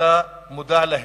ואתה מודע להן.